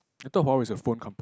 I thought Huawei is a phone company